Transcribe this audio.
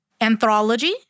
anthology